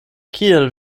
kiel